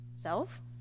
Self